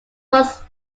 was